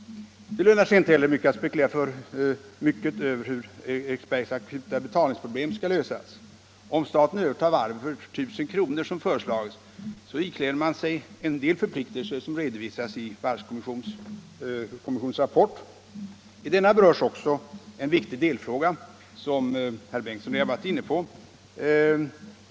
Det lönar sig inte heller att spekulera för mycket över hur Eriksbergs akuta betalningsproblem skall lösas. Om staten övertar varvet för 1 000 kr., som har föreslagits, ikläder man sig en del förpliktelser som redovisats i varvskommissionens rapport. I denna berörs även en viktig delfråga, som herr Bengtsson i Landskrona redan har varit inne på.